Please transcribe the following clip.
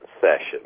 session